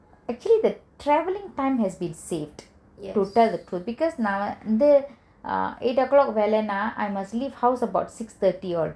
actually the travelling time has been saved to tell the truth because நா வந்து:na vanthu uh eight O clock வேலனா:velana I must leave house about six thirty all